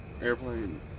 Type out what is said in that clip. Airplane